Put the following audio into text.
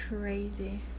crazy